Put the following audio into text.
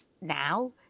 now